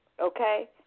okay